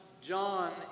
John